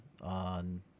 on